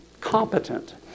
competent